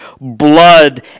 blood